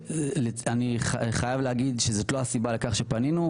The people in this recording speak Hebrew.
אני חייב להגיד שזאת לא הסיבה שפנינו.